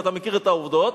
ואתה מכיר את העובדות,